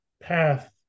path